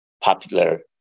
popular